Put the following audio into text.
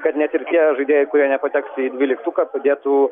kad net ir tie žaidėjai kurie nepateks į dvyliktuką padėtų